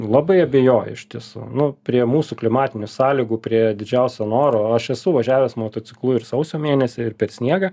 labai abejoju iš tiesų nu prie mūsų klimatinių sąlygų prie didžiausio noro aš esu važiavęs motociklu ir sausio mėnesį ir per sniegą